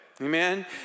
Amen